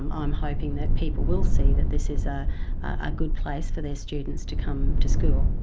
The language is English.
i'm um hoping that people will see that this is a ah good place for their students to come to school.